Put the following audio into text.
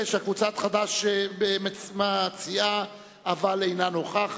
מה לא קראתי?